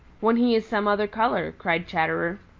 when he is some other color, cried chatterer.